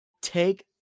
Take